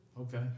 Okay